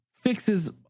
fixes